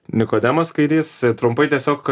nikodemas kairys trumpai tiesiog